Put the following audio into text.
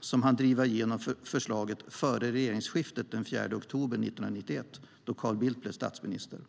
som hann driva igenom förslaget före regeringsskiftet den 4 oktober 1991, då Carl Bildt blev statsminister.